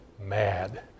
mad